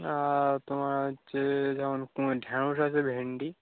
আর তোমার হচ্ছে যেমন ঢ্যাঁড়শ আছে ভেণ্ডি